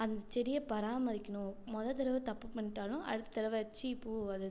அந்தச் செடியை பராமரிக்கணும் முதத் தடவை தப்பு பண்ணிட்டாலும் அடுத்த தடவை ச்சீ பூ அது